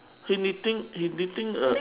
he knitting he knitting a